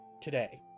today